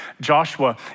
Joshua